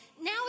Now